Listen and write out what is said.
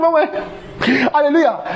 Hallelujah